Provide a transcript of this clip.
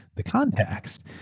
the contacts.